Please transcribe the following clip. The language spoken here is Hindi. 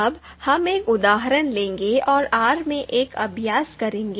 अब हम एक उदाहरण लेंगे और R में एक अभ्यास करेंगे